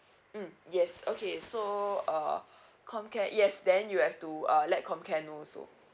mm yes okay so uh comcare yes then you have to uh let comcare know also